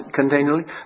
continually